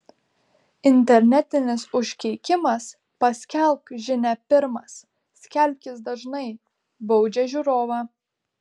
internetinis užkeikimas paskelbk žinią pirmas skelbkis dažnai baudžia žiūrovą